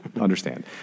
understand